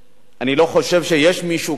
אני לא חושב שיש מישהו כאן,